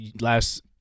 last